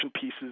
pieces